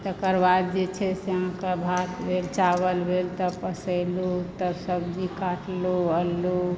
तकर बाद जे छै से अहाँके भात भेल चावल भेल तब पसेलहुॅं तब सब्जी काटलहुॅं अल्लू